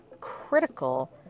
critical